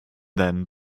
then